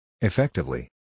Effectively